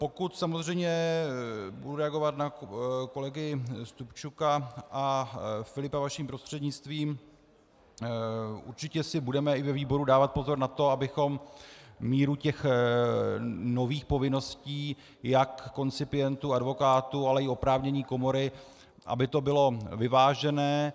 Pokud samozřejmě budu reagovat na kolegy Stupčuka a Filipa, vaším prostřednictvím, určitě si budeme i ve výboru dávat pozor na to, abychom míru těch nových povinností jak koncipientů, advokátů, ale i oprávnění komory, aby to bylo vyvážené.